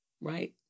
right